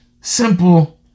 Simple